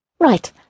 Right